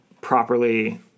properly